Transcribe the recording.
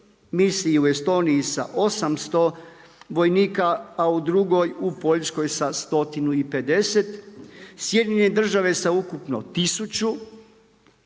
misiji u Estoniji sa 800 vojnika, a u drugoj u Poljskoj sa 150. SAD sa ukupno 1000,